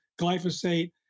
glyphosate